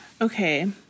Okay